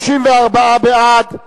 יש אור בקצה